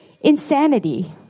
insanity